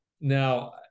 now